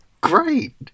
great